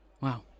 Wow